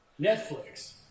Netflix